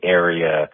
area